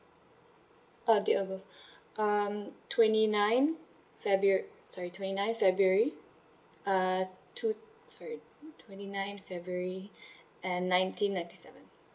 uh date of birth um twenty nine februa~ sorry twenty ninth february err two sorry twenty ninth february and nineteen ninety seven